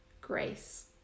Grace